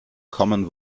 common